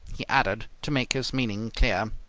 he added, to make his meaning clear.